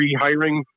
rehiring